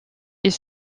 est